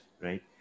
right